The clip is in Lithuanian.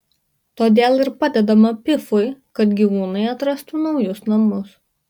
todėl ir padedame pifui kad gyvūnai atrastų naujus namus